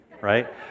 right